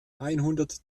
einhundert